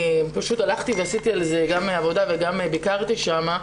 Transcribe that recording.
הלכתי ועשיתי על זה גם עבודה וגם ביקרתי שם.